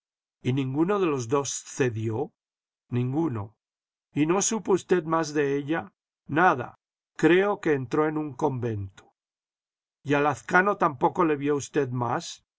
y ninguno de los dos cedió ninguno y no supo usded más de ella nada creo que entró en un convento jy a lazcano tampoco le vio usted más